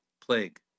plague